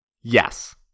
Yes